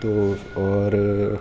تو اور